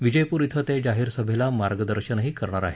विजयपूर कें ते जाहीर सभेला मार्गदर्शनही करणार आहेत